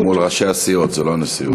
זה מול ראשי הסיעות, זה לא הנשיאות.